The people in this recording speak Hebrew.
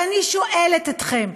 ואני שואלת אתכם,